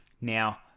Now